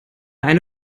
eine